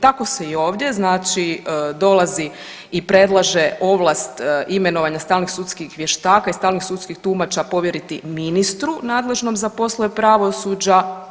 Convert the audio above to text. Tako se i ovdje znači dolazi i predlaže ovlast imenovanja stalnih sudskih vještaka i stalnih sudskih tumača povjeriti ministru nadležnom za poslove pravosuđa.